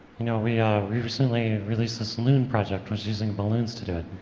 you know we we recently released this loon project which is using balloons to do it.